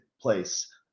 place